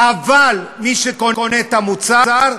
אבל מי שקונה את המוצר,